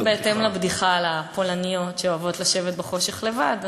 בהתאם לבדיחה על הפולניות שאוהבות לשבת בחושך לבד,